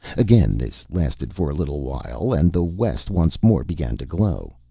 again this lasted for a little while, and the west once more began to glow.